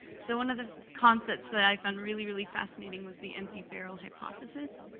so one of the concepts that i found really, really fascinating was the empty barrel hypothesis,